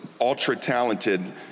ultra-talented-